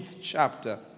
chapter